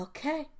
Okay